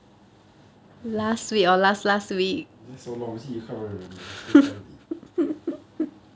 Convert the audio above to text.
that's so long see you can't even remember see so it's time to eat